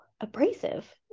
abrasive